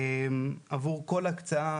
עבור כל הקצאה